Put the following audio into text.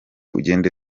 ugende